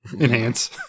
Enhance